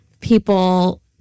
people